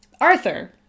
Arthur